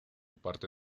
parte